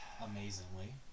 amazingly